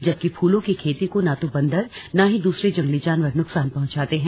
जबकि फूलों की खेती को न तो बंदर न ही दूसरे जंगली जानवर नुकसान पहुंचाते हैं